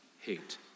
hate